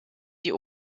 die